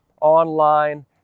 online